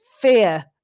fear